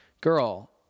girl